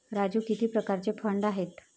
राजू किती प्रकारचे फंड आहेत?